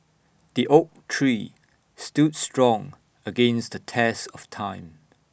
the oak tree stood strong against the test of time